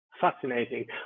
Fascinating